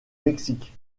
mexique